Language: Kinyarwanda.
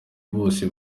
bose